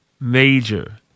major